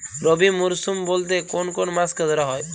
রবি মরশুম বলতে কোন কোন মাসকে ধরা হয়?